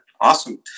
Awesome